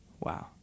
Wow